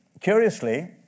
curiously